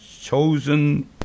chosen